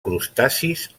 crustacis